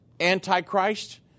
Antichrist